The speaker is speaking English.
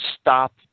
stop